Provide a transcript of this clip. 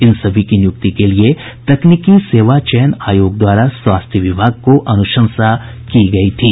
इन सभी की नियुक्ति के लिए तकनीकी सेवा चयन आयोग द्वारा स्वास्थ्य विभाग को अनुशंसा की गयी थी